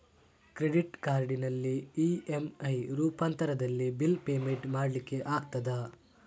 Credit ಕಾರ್ಡಿನಲ್ಲಿ EMI ರೂಪಾಂತರದಲ್ಲಿ bill payment ಮಾಡ್ಲಿಕ್ಕೆ ಆಗ್ತದ?